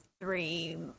three